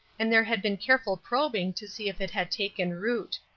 and there had been careful probing to see if it had taken root.